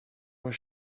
was